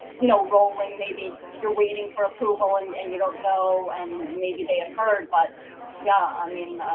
you know, rolling, maybe you're waiting for approval and and you don't know and maybe they have heard, but yeah, i mean,